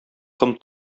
ком